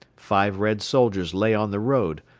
five red soldiers lay on the road,